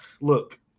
look